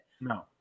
No